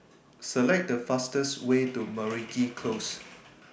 Select The fastest Way to Meragi Close